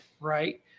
right